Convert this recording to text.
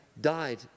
died